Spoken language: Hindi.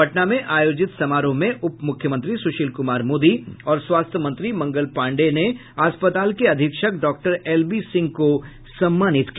पटना में आयोजित समारोह में उप मुख्यमंत्री सुशील कुमार मोदी और स्वास्थ्य मंत्री मंगल पांडेय ने अस्पताल के अधीक्षक डॉक्टर एल बी सिंह को सम्मानित किया